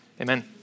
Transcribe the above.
Amen